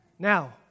Now